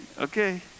Okay